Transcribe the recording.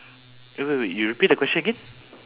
wait wait wait you repeat the question again